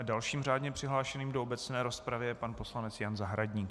Dalším řádně přihlášeným do obecné rozpravy je pan poslanec Jan Zahradník.